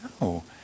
No